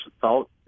thought